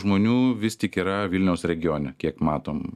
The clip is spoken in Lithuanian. žmonių vis tik yra vilniaus regione kiek matom